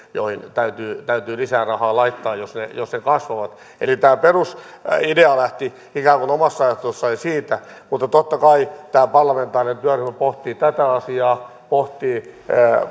täytyy täytyy lisää rahaa laittaa jos ne kasvavat eli tämä perusidea lähti ikään kuin omassa ajattelussani siitä mutta totta kai tämä parlamentaarinen työryhmä pohtii tätä asiaa pohtii